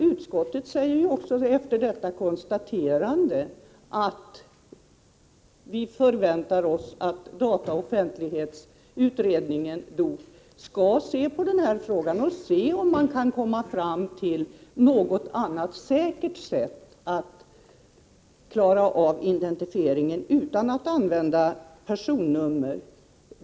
Utskottet förklarar också att dataoch offentlighetskommittén, DOK, skall studera denna fråga och se om man kan komma fram till något annat säkert sätt för identifiering utan att använda personnummer.